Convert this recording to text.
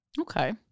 Okay